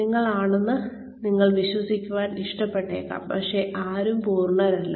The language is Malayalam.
നിങ്ങളാണെന്ന് നിങ്ങൾ വിശ്വസിക്കാൻ ഇഷ്ടപ്പെട്ടേക്കാം പക്ഷേ ആരും പൂർണരല്ല